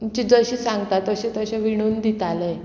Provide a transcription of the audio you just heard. तुमची जशी सांगता तशें तशें विणून दितालें